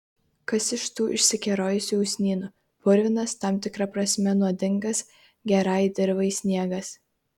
kas iš tų išsikerojusių usnynų purvinas tam tikra prasme nuodingas gerai dirvai sniegas